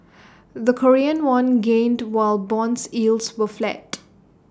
the Korean won gained while bonds yields were flat